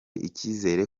icyizere